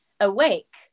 awake